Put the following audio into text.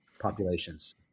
populations